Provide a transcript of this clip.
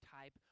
type